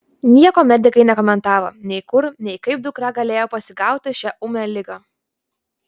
nieko medikai nekomentavo nei kur nei kaip dukra galėjo pasigauti šią ūmią ligą